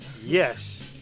Yes